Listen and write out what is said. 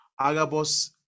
Agabus